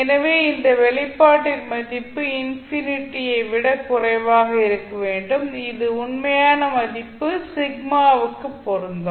எனவே இந்த வெளிப்பாட்டின் மதிப்பு இன்ஃபினிட்டி ஐ விட குறைவாக இருக்க வேண்டும் இது உண்மையான மதிப்பு சிக்மாவுக்கு பொருந்தும்